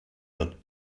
looked